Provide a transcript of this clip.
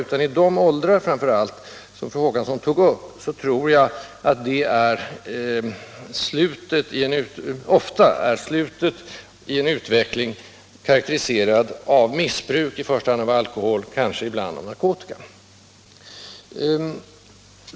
Jag tror i stället att självmordsförsök, framför allt i yngre åldrar, ofta är slutet i en utveckling karakteriserad av missbruk i första hand av alkohol, kanske ibland av narkotika.